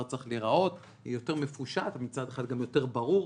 צריך להיראות יותר מפושט וגם יותר ברור.